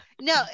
no